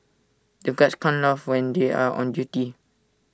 the guards can't laugh when they are on duty